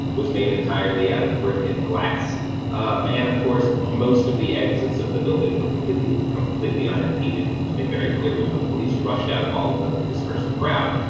was made entirely out of brick and glass um and of course most of the exits of the building were completely completely unimpeded which was made very clear when the police rushed out of all of them to disperse the crowd